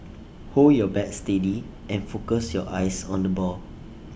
hold your bat steady and focus your eyes on the ball